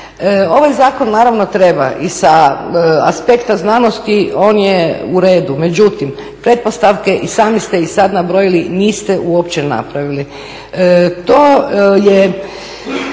ovaj zakon naravno treba i sa aspekta znanosti on je uredu, međutim pretpostavke i sami ste ih sada nabrojili niste uopće napravili. To je